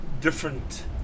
different